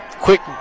Quick